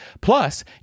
Plus